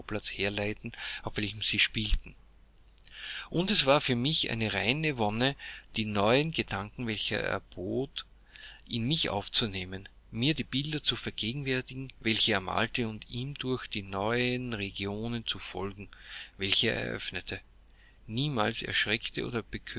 herleiteten auf welchem sie spielten und es war für mich eine reine wonne die neuen gedanken welche er bot in mich aufzunehmen mir die bilder zu vergegenwärtigen welche er malte und ihm durch die neuen regionen zu folgen welche er eröffnete niemals erschreckte oder